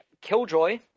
Killjoy